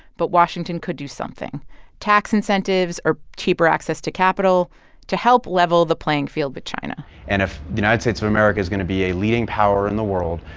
but washington could do something tax incentives or cheaper access to capital to help level the playing field with china and if the united states of america is going to be a leading power in the world,